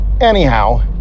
Anyhow